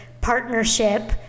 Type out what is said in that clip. partnership